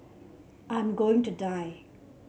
I am going to die